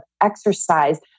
exercise